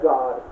God